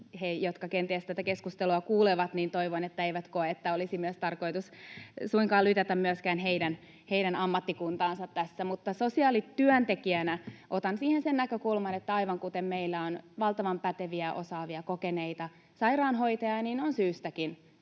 he, jotka kenties tätä keskustelua kuulevat, eivät koe, että olisi tarkoitus lytätä heidän ammattikuntaansa tässä. Mutta sosiaalityöntekijänä otan siihen sen näkökulman, että aivan kuten meillä on valtavan päteviä, osaavia, kokeneita sairaanhoitajia, niin on syystäkin